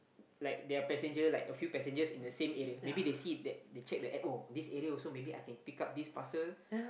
like their passenger like a few passengers in the same area maybe they see that they check the App oh this area also maybe I can pick up this parcel